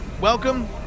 welcome